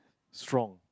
strong